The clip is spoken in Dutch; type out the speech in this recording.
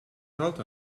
zout